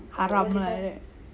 haram lah like that